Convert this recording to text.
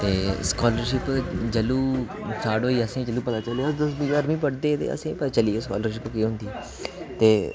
ते स्कालरशिप जंदू स्टार्ट होई असें जदूं पता चलेआ दसमीं जारमीं पढ़दे हे ते असेंगी पता चली गेआ हा स्कालरशिप केह् होंदी ऐ ते